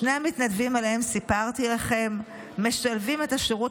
שני המתנדבים שעליהם סיפרתי לכם משלבים את השירות